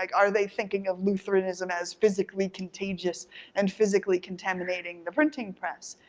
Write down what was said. like are they thinking of lutheranism as physically contagious and physically contaminating the printing press,